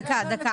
דקה,